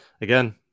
again